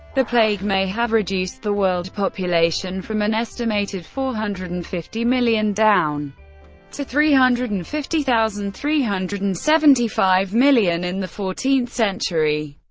the plague may have reduced the world population from an estimated four hundred and fifty million down to three hundred and fifty three hundred and seventy five million in the fourteenth century.